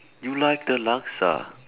you like the laksa